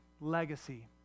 legacy